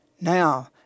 Now